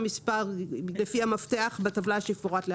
לפי המפתח בטבלה שמפורטת להלן,